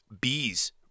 bees